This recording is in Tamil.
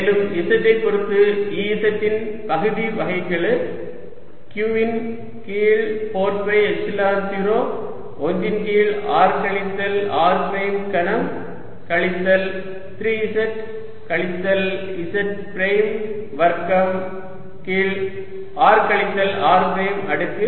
மேலும் z ஐ பொருத்து Ez இன் பகுதி வகைக்கெழு q ன் கீழ் 4 பை எப்சிலன் 0 1 ன் கீழ் r கழித்தல் r பிரைம் கனம் கழித்தல் 3 z கழித்தல் z பிரைம் வர்க்கம் கீழ் r கழித்தல் r பிரைம் அடுக்கு 5